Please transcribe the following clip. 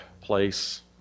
place